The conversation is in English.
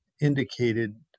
indicated